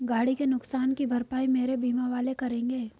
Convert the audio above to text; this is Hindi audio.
गाड़ी के नुकसान की भरपाई मेरे बीमा वाले करेंगे